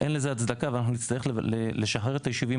אין לזה הצדקה ואנחנו נצטרך לשחרר את היישובים